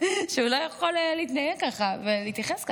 שהוא לא יכול להתנהג כך ולהתייחס כך.